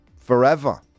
Forever